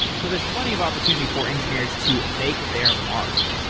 so there's plenty of opportunity for engineers to make their mark.